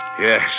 Yes